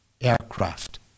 aircraft